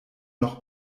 noch